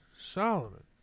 Solomon